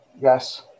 yes